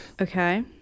Okay